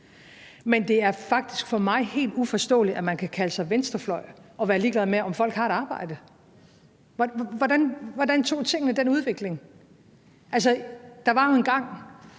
Men det er faktisk for mig helt uforståeligt, at man kan kalde sig venstrefløj og være ligeglad med, om folk har et arbejde. Hvordan tog tingene den udvikling? Altså, der var jo engang,